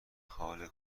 حال